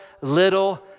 little